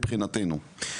מבחינתנו,